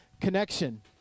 connection